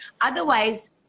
Otherwise